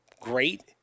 Great